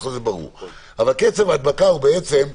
קצב הדבקה השאלה,